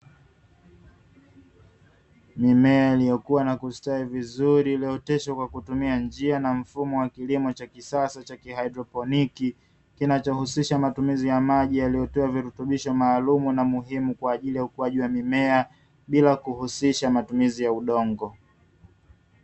Mimea iliyokua na kustawi vizuri iliyooteshwa kwa kutumia njia na mfumo wa kilimo cha kisasa cha haidroponi, kinachohusisha matumizi ya maji yaliyotiwa virutubisho maalumu na muhimu kwa ajili ya ukuaji wa mimea bila kuhusisha matumizi ya udongo.